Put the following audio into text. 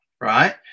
right